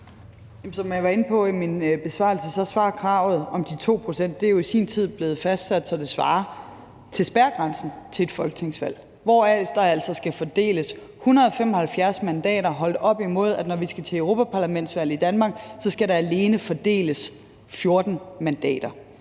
Som jeg var inde på i min besvarelse, er kravet om de 2 pct. jo i sin tid blevet fastsat, så det svarer til spærregrænsen ved et folketingsvalg, hvor der altså skal fordeles 175 mandater, holdt op imod at når vi skal til europaparlamentsvalg i Danmark, skal der alene fordeles 14 mandater.